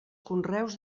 conreus